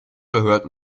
verhört